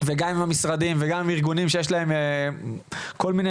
וגם עם המשרדים וגם עם ארגונים שיש להם כל מיני